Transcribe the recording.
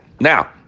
now